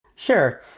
sure.